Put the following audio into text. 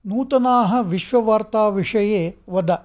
नूतनाः विश्ववार्ताविषये वद